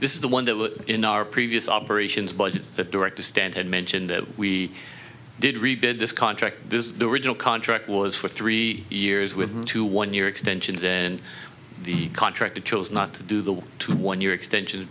this is the one that was in our previous operations budget that director stand had mentioned that we did rebid this contract this the original contract was for three years with two one year extensions and the contractor chose not to do the two one year extension